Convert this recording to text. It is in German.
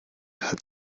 hat